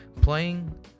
playing